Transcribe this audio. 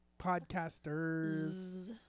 Podcasters